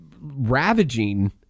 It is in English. ravaging